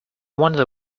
wonder